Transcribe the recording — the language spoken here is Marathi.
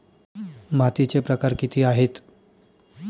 मातीचे प्रकार किती आहेत?